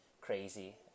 crazy